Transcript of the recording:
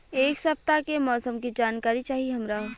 एक सपताह के मौसम के जनाकरी चाही हमरा